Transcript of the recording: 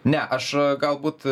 ne aš galbūt